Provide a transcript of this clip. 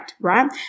right